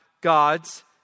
God's